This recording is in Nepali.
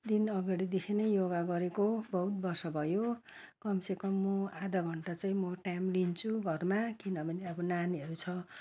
दिन अगाडिदेखि नै योगा गरेको बहुत वर्ष भयो कमसेकम म आधा घन्टा चाहिँ म टाइम लिन्छु घरमा किनभने अब नानीहरू छ